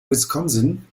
wisconsin